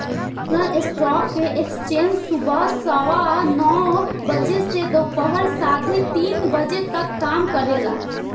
national stock exchange सुबह सवा नौ बजे से दोपहर साढ़े तीन बजे तक काम करेला